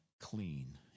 clean